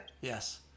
Yes